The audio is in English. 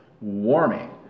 warming